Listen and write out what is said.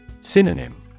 Synonym